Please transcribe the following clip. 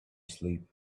sleep